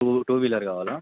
two two wheeler కావాల